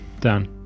Done